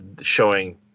showing